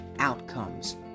Outcomes